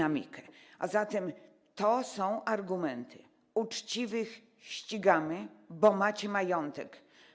A zatem to jest argument: uczciwych ścigamy, bo mają majątek.